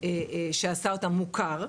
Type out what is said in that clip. שעשה אותם מוכר.